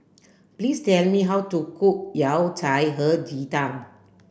please tell me how to cook yao cai he ji tang